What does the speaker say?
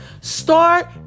start